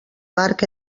marc